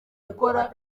gukora